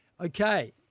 Okay